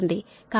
కాబట్టి ఇది 7